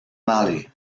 marley